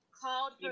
called